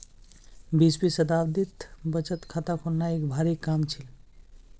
बीसवीं शताब्दीत बचत खाता खोलना एक भारी काम छील